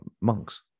monks